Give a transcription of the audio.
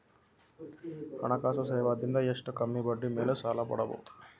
ಹಣಕಾಸು ಸೇವಾ ದಿಂದ ಎಷ್ಟ ಕಮ್ಮಿಬಡ್ಡಿ ಮೇಲ್ ಸಾಲ ಪಡಿಬೋದ?